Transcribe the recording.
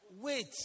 wait